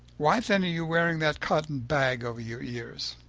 why then are you wearing that cotton bag over your ears?